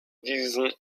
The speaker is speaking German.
diesen